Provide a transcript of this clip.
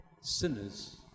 Sinners